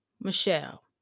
Michelle